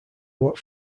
what